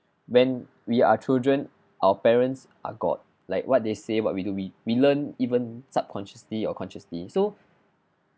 when we are children our parents are god like what they say what we do we learned even subconsciously or consciously so